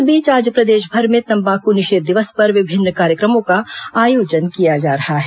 इस बीच आज प्रदेशभर में तम्बाख् निषेध दिवस पर विभिन्न कार्यक्रमों का आयोजन किया जा रहा है